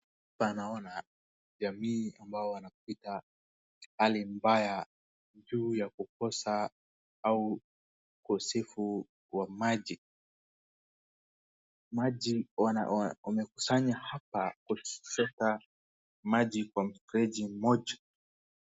Hapa naona wanajamii ambao wanapita hali mbaya juu ya kukosa au ukosefu wa maji, wamekusanya hapa kwa kuchota maji kwa mfereji mmoja .